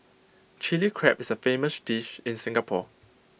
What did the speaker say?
Chilli Crab is A famous dish in Singapore